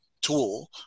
tool